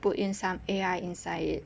put in some A_I inside it